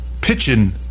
Pitching